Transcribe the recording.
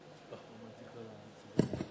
הוא אמר חרדים וערבים, לא שמעת אותו?